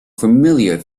familiar